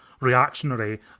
reactionary